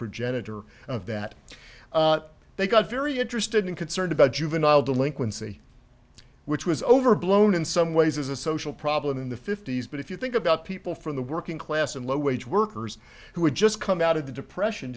projected or of that they got very interested and concerned about juvenile delinquency which was overblown in some ways as a social problem in the fifty's but if you think about people from the working class and low wage workers who had just come out of the depression